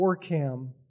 ORCAM